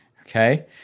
Okay